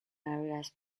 areas